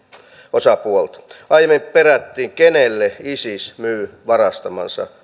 osapuolta aiemmin perättiin kenelle isis myy varastamansa